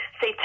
say